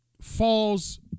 falls